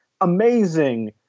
amazing